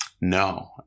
No